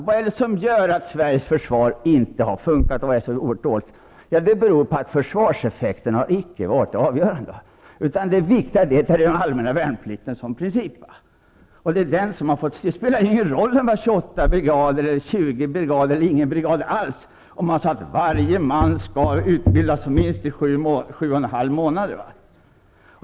Vad är det som gör att Sveriges försvar har så stora obalanser? Jo, orsaken till detta är att försvarseffekten icke har varit det avgörande, utan det viktiga har varit den allmänna värnplikten som princip. Det spelar ingen roll om vi har 28 eller 20 brigader eller ingen brigad alls om man säger att varje man ändå skall utbildas minst i sju och en halv månad.